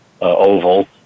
oval